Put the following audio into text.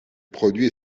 produit